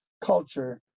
culture